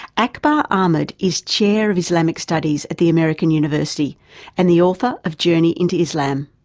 akbar ahmed is chair of islamic studies at the american university and the author of journey into islam.